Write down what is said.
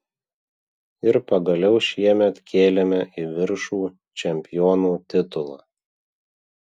ir pagaliau šiemet kėlėme į viršų čempionų titulą